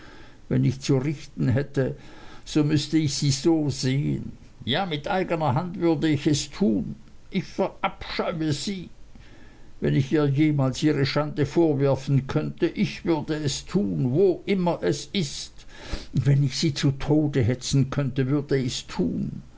wenn ich zu richten hätte so müßte ich sie so sehen ja mit eigner hand würde ich es tun ich verabscheue sie wenn ich ihr jemals ihre schande vorwerfen könnte ich würde es tun wo immer es ist wenn ich sie zu tode hetzen könnte würde ichs tun